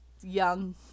young